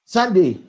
Sunday